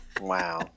Wow